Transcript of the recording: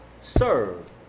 serve